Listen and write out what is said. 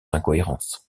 incohérences